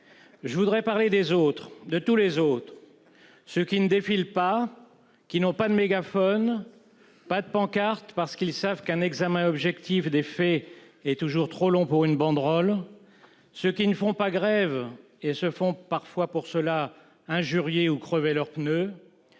Je voudrais parler des autres, de tous les autres, de ceux qui ne défilent pas, de ceux qui n'ont ni mégaphones ni pancartes, parce qu'ils savent qu'un examen objectif des faits est toujours trop long pour une banderole, et de ceux qui ne font pas grève et se font parfois à ce titre injurier ou crever leurs pneus.